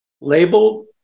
labeled